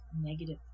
negative